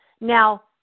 Now